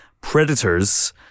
Predators